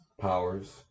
powers